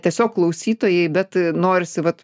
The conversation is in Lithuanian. tiesiog klausytojai bet norisi vat